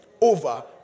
over